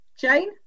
Jane